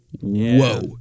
whoa